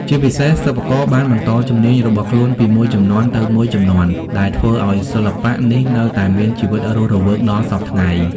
ជាពិសេស សិប្បករបានបន្តជំនាញរបស់ខ្លួនពីមួយជំនាន់ទៅមួយជំនាន់ ដែលធ្វើឱ្យសិល្បៈនេះនៅតែមានជីវិតរស់រវើកដល់សព្វថ្ងៃ។